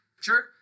Sure